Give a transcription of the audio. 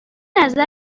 نظر